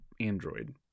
android